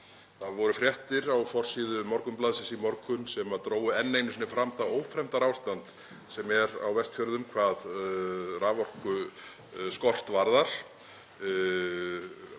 Það voru fréttir á forsíðu Morgunblaðsins í morgun sem drógu enn einu sinni fram það ófremdarástand sem er á Vestfjörðum vegna raforkuskorts.